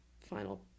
final